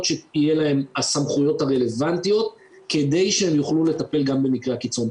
שיהיה להם הסמכויות הרלוונטיות כדי שהם יוכלו לטפל גם במקרי הקיצון,